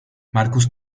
marcus